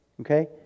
Okay